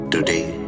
Today